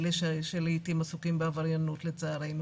אלה שלעתים עסוקים בעבריינות לצערנו